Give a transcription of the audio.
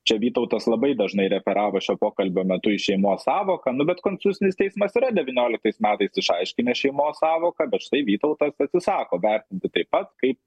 čia vytautas labai dažnai referavo šio pokalbio metu į šeimos sąvoką nu bet konstitucinis teismas yra devynioliktas metais išaiškinęs šeimos sąvoką bet štai vytautas atsisako vertinti taip pat kaip